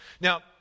Now